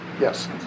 Yes